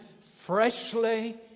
freshly